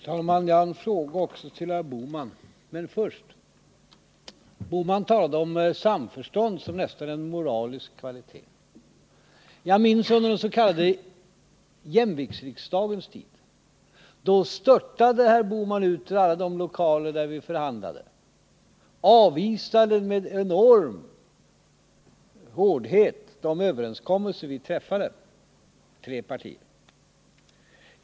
Herr talman! Jag har en fråga också till herr Bohman, men först detta: Herr Bohman talade om samförstånd som nästan en moralisk kvalitet. Jag minns att under den s.k. jämviktsriksdagens tid störtade herr Bohman ut ur alla de lokaler där vi förhandlade och avvisade med enorm hårdhet de överenskommelser vi träffade mellan tre partier.